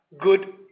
good